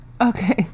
Okay